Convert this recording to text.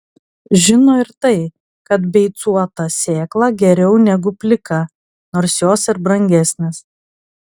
žino ir tai kad beicuota sėkla geriau negu plika nors jos ir brangesnės